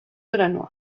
delannoy